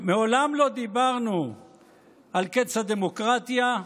מעולם לא דיברנו על קץ הדמוקרטיה,